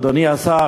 אדוני השר,